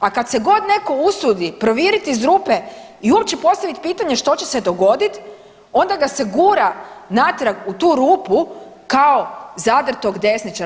A kad se god netko usudi proviriti iz rupe i uopće postaviti pitanje što će se dogoditi onda ga se gura natrag u tu rupu kao zadrtog desničara.